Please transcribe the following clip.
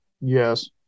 yes